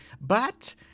but